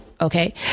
Okay